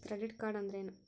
Credit card ಅಂದ್ರೇನು?